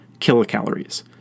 kilocalories